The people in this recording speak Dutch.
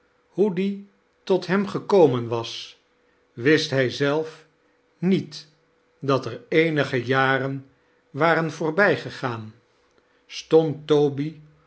die tot hem gekomen was wist hij zelf niet dat ex eenige jaren waren voorbijgegaan stond toby